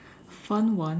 a fun one